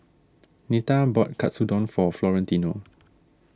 Nita bought Katsudon for Florentino